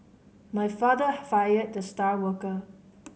my father fired the star worker